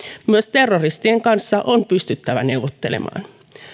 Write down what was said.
myös terroristien kanssa on pystyttävä neuvottelemaan